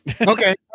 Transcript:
Okay